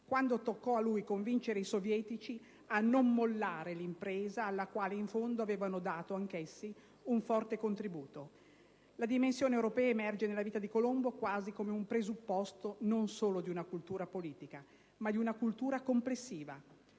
quando toccò a lui convincere i sovietici a non mollare l'impresa alla quale, in fondo, avevano dato anch'essi un forte contributo. La dimensione europea emerge nella vita di Colombo quasi come un presupposto non solo di una cultura politica, ma di una cultura complessiva.